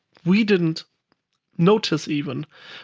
we didn't notice even,